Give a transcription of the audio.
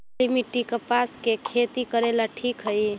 काली मिट्टी, कपास के खेती करेला ठिक हइ?